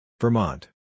Vermont